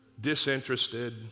disinterested